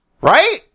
Right